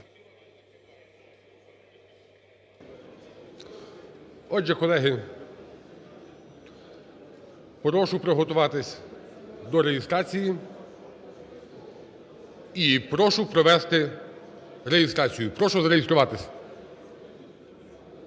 Отже, колеги, прошу приготуватися до реєстрації і прошу провести реєстрацію. Прошу зареєструватися.